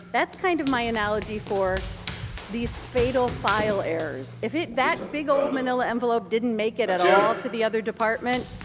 that's kind of my analogy for these fatal file errors. if that big old manila envelope didn't make it at all to the other department,